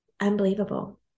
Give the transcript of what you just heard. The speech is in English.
unbelievable